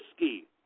risky